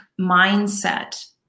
mindset